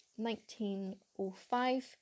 1905